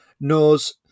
knows